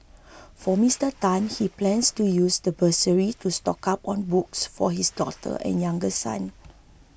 for Mister Tan he plans to use the bursary to stock up on books for his daughter and younger son